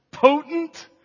Potent